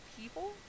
people